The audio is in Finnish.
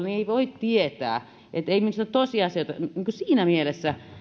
niin ei voi tietää ei minusta tosiasioita siinä mielessä